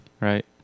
right